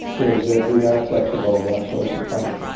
is that we are flexible about source of funding.